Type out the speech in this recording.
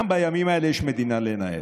גם בימים האלה יש מדינה לנהל.